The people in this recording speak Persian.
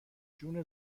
جون